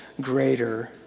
greater